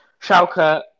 Schalke